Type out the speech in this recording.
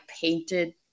painted